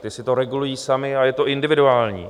Ty si to regulují samy a je to individuální.